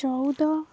ଚଉଦ